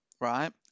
Right